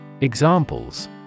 Examples